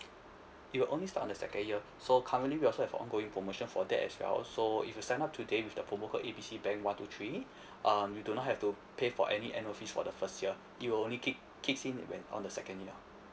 it'll only start on the second year so currently we also have ongoing promotion for that as well so if you sign up today with the promo code A B C bank one two three um you do not have to pay for any annual fees for the first year it'll only ki~ kicks in when on the second year